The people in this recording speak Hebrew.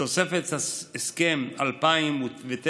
תוספת הסכם 2009,